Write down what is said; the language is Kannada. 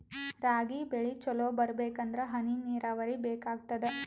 ರಾಗಿ ಬೆಳಿ ಚಲೋ ಬರಬೇಕಂದರ ಹನಿ ನೀರಾವರಿ ಬೇಕಾಗತದ?